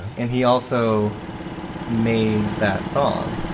and he also made that song.